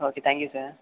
okay thank you sir